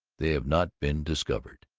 they have not been discovered.